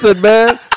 man